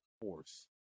force